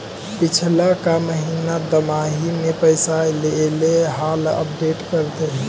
पिछला का महिना दमाहि में पैसा ऐले हाल अपडेट कर देहुन?